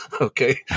Okay